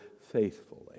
faithfully